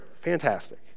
fantastic